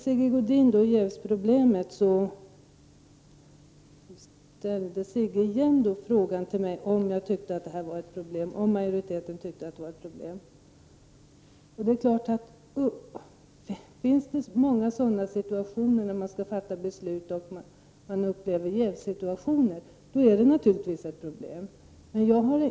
Sigge Godin ställde igen frågan till mig om majoriteten tycker att frågan om jäv är ett problem. Det är klart att förekommer det ofta när man skall fatta beslut att man upplever jävssituationer, är det naturligtvis ett problem.